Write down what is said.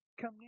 come